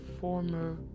former